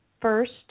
first